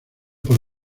por